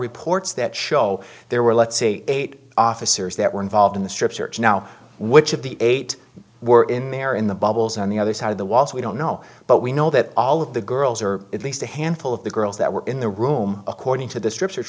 reports that show there were let's say eight officers that were involved in the strip search now which of the eight were in there in the bubbles on the other side of the wall so we don't know but we know that all of the girls or at least a handful of the girls that were in the room according to the strip search